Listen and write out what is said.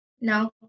No